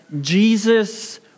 Jesus